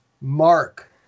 mark